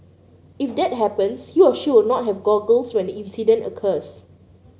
if that happens he or she will not have goggles when the incident occurs